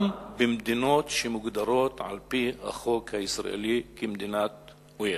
גם במדינות שמוגדרות על-פי החוק הישראלי כמדינת אויב.